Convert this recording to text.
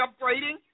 upgrading